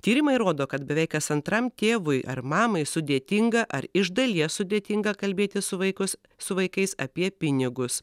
tyrimai rodo kad beveik kas antram tėvui ar mamai sudėtinga ar iš dalies sudėtinga kalbėti su vaikus su vaikais apie pinigus